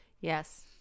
Yes